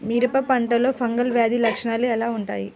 మిరప పంటలో ఫంగల్ వ్యాధి లక్షణాలు ఎలా వుంటాయి?